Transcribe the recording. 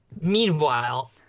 Meanwhile